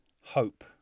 Hope